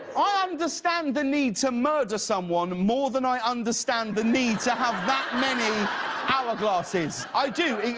i understand the need to murder someone more than i understand the need to have that many hourglasses. i do.